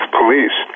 police